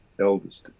eldest